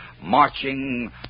marching